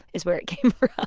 is where it came from, ah